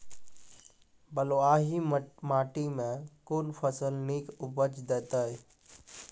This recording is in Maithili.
बलूआही माटि मे कून फसल नीक उपज देतै?